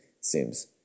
seems